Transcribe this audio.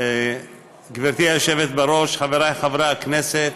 גברתי היושבת בראש, חבריי חברי הכנסת,